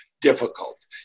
difficult